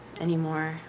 anymore